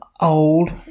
old